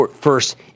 first